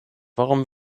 warum